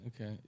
Okay